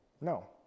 No